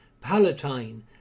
Palatine